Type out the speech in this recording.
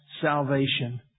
salvation